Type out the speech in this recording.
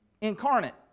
incarnate